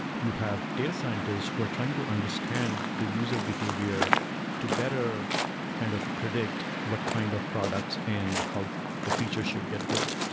you have data scientists who are trying to understand the user behavior to better kind of predict what kind of products and how the features should get built.